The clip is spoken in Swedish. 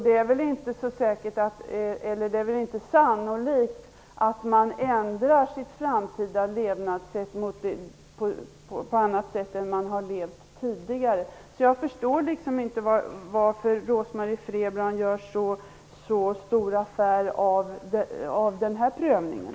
Det är väl inte sannolikt att man ändrar sitt framtida levnadssätt, så att man inte fortsätter att leva på samma sätt som man har levt tidigare. Jag förstår inte varför Rose-Marie Frebran gör så stor affär av den här prövningen.